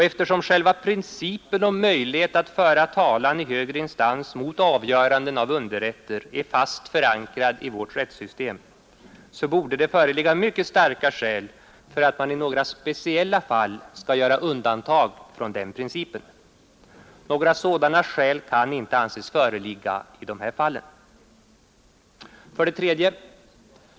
Eftersom själva principen om möjlighet att föra talan i högre instans mot avgöranden av underrätter är fast förankrad i vårt rättssystem, borde det föreligga mycket starka skäl för att man i några speciella fall skall göra undantag från den principen. Några sådana skäl kan inte anses föreligga i detta fall. 3.